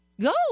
go